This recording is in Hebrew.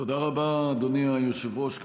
תודה רבה, אדוני היושב-ראש.